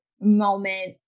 moment